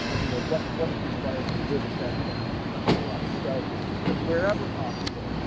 you know, what what is required to live a satisfying and productive live, so wherever possible,